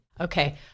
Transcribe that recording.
Okay